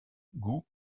goût